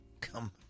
come